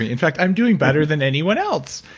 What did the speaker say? in fact, i'm doing better than anyone else.